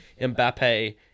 Mbappe